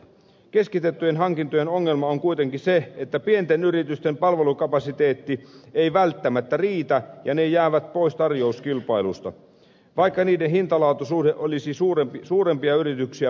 keskitettyjen hankintojen ongelma on kuitenkin se että pienten yritysten palvelukapasiteetti ei välttämättä riitä ja ne jäävät pois tarjouskilpailuista vaikka niiden hintalaatu suhde olisi suurempia yrityksiä parempi